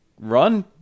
run